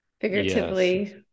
figuratively